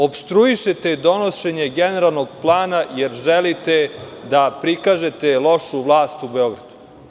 Opstruišete donošenje generalnog plana jer želite da prikažete lošu vlast u Beogradu.